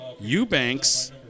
Eubanks